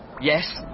Yes